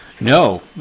no